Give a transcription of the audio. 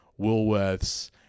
Woolworths